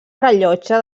rellotge